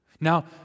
Now